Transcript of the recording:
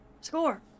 Score